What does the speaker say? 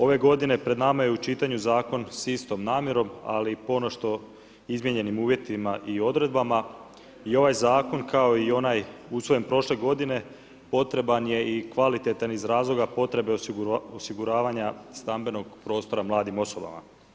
Ove godine pred nama je u čitanju zakon s istom namjerom, ali ponešto izmijenjenim uvjetima i odredbama i ovaj zakon kao i onaj usvojen prošle godine potreban je i kvalitetan iz razloga potrebe osiguravanja stambenog prostora mladim osobama.